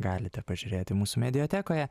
galite pažiūrėti mūsų mediatekoje